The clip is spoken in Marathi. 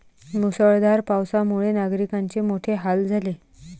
मुसळधार पावसामुळे नागरिकांचे मोठे हाल झाले